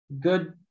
good